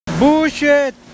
Bullshit